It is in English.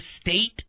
state